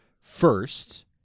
first